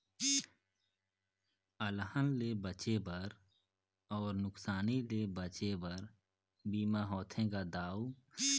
अलहन ले बांचे बर अउ नुकसानी ले बांचे बर बीमा होथे गा दाऊ